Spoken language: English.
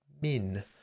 Min